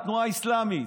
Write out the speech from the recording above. התנועה האסלאמית.